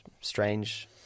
strange